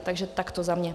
Takže takto za mě.